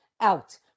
out